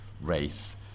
Race